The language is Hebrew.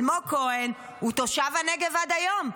אלמוג כהן הוא תושב הנגב עד היום.